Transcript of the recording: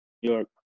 York